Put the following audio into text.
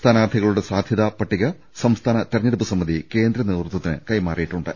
സ്ഥാനാർത്ഥികളുടെ സാധ്യതാ പട്ടിക സംസ്ഥാന തെരഞ്ഞെടുപ്പ് സമിതി കേന്ദ്ര നേതൃത്വത്തിന് കൈമാറിയിട്ടുണ്ട്